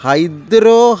Hydro